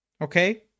okay